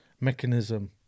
mechanism